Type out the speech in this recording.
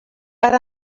per